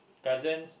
cousins